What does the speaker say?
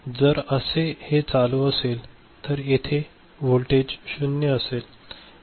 जर असे हे चालू असेल तर येथे व्होल्टेज शून्य असेल